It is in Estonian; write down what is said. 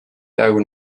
peaaegu